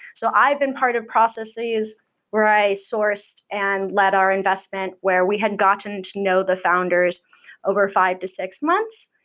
so i've been part of processes where i sourced and let our investment where we had gotten to know the founders over five to six months.